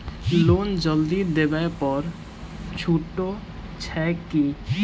Loan जल्दी देबै पर छुटो छैक की?